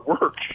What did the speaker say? work